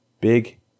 big